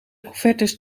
offertes